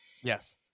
Yes